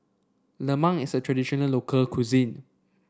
Lemang is a traditional local cuisine